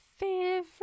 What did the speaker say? Favorite